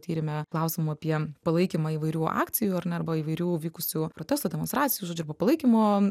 tyrime klausimų apie palaikymą įvairių akcijų ar ne arba įvairių vykusių protestų demonstracijų su žodžiu arba palaikymo